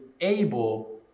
able